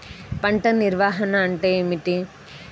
పంట నిర్వాహణ అంటే ఏమిటి?